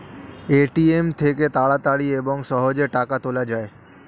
ATM থেকে তাড়াতাড়ি এবং সহজে টাকা তোলা যায়